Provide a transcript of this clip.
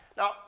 Now